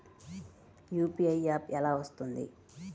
UPI app ఎలా వస్తుంది?